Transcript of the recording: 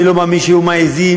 אני לא מאמין שהיו מעזים,